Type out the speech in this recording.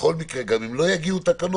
בכל מקרה, גם אם לא יגיעו תקנות,